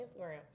Instagram